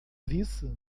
disse